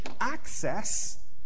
access